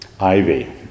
Ivy